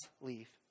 leave